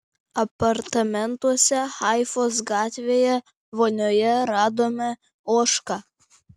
apartamentuose haifos gatvėje vonioje radome ožką